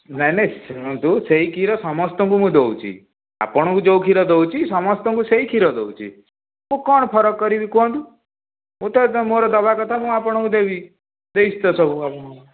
ନାହିଁ ନାହିଁ ଶୁଣନ୍ତୁ ସେଇ କ୍ଷୀର ସମସ୍ତଙ୍କୁ ମୁଁ ଦେଉଛି ଆପଣଙ୍କୁ ଯେଉଁ କ୍ଷୀର ଦେଉଛି ସମସ୍ତଙ୍କୁ ସେଇ କ୍ଷୀର ଦେଉଛି ମୁଁ କ'ଣ ଫରକ କରିବି କୁହନ୍ତୁ ମୁଁ ତ ମୋର ଦେବାକଥା ମୁଁ ଆପଣଙ୍କୁ ଦେବି ଦେଇଛି ତ ସବୁ ଆପଣଙ୍କୁ